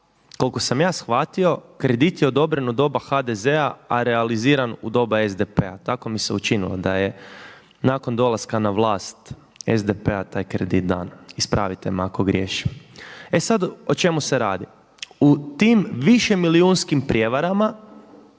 koliko sam ja shvatio kredit je odobren od doba HDZ-a a realiziran u doba SDP-a, tako mi se učinilo da je. Nakon dolaska na vlast SDP-a taj kredit dan. Ispravite me ako griješim. E sad o čemu se radi? U tim višemilijunskim prijevarama,